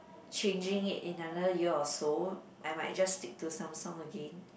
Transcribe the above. changing it in another year or so I might just stick to Samsung again